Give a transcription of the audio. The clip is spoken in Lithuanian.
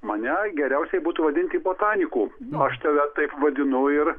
mane geriausiai būtų vadinti botaniku aš save taip vadinu ir